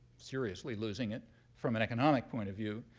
seriously losing it from an economic point of view.